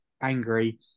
angry